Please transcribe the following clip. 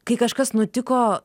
kai kažkas nutiko